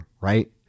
right